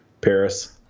Paris